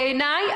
בעיניי,